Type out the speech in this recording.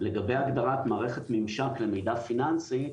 לגבי הגדרת מערכת ממשק למידע פיננסי,